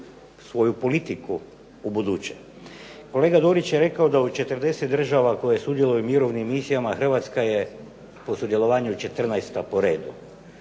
svoju politiku ubuduće. Kolega Dorić je rekao da od 40 država koje sudjeluju u mirovnim misijama Hrvatska je po sudjelovanju 14 po redu.